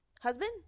husband